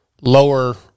lower